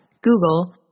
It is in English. Google